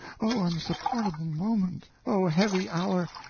oh, unsupportable moment! oh, heavy hour!